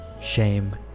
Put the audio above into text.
shame